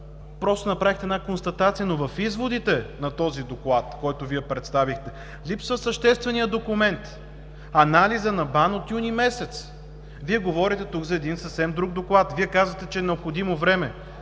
просто направихте една констатация? В изводите на този доклад, който Вие представихте, липсва същественият документ – анализът на БАН от юни месец. Вие говорите тук за един съвсем друг доклад. Вие казвате, че е необходимо време.